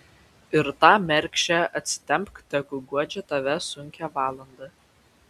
ir tą mergšę atsitempk tegu guodžia tave sunkią valandą